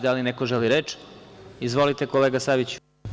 Da li neko želi reč? (Da.) Izvolite kolega Saviću.